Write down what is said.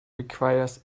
requires